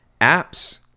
apps